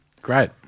Great